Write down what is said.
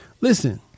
Listen